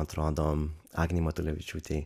atrodo agnei matulevičiūtei